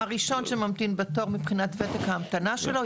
הראשון שממתין בתור מבחינת וותק ההמתנה שלו,